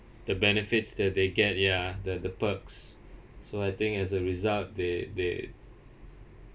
the benefits that they get ya the the perks so I think as a result they they